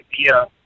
idea